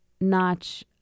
notch